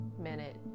minute